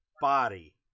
body